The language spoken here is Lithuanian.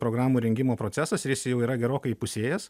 programų rengimo procesas ir jis jau yra gerokai įpusėjęs